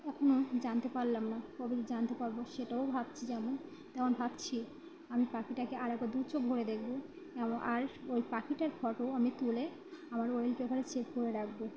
এখনও জানতে পারলাম না কবে যে জানতে পারব সেটাও ভাবছি যেমন তেমন ভাবছি আমি পাখিটাকে আর একবার দু চোখ ভরে দেখব এবং আর ওই পাখিটার ফোটোও আমি তুলে আমার ওয়াল পেপারে চেক করে রাখব